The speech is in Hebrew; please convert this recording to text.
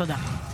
תודה.